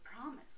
Promise